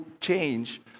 change